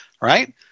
right